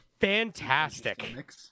fantastic